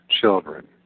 children